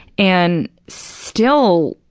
and still,